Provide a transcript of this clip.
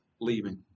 leaving